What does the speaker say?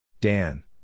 Dan